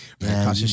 Man